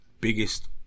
biggest